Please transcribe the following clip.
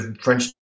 French